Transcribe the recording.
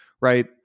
Right